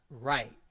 right